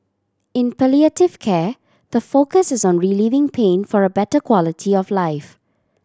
in palliative care the focus is on relieving pain for a better quality of life